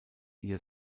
ihr